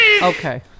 Okay